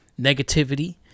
negativity